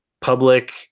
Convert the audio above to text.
public